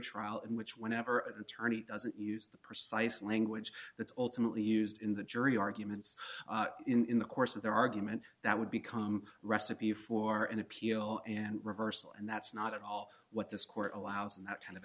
trial in which whenever an attorney doesn't use the precise language that's ultimately used in the jury arguments in the course of their argument that would become a recipe for an appeal and reversal and that's not at all what this court allows and that kind of